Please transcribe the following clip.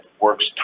works